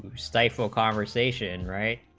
stifle conversation rate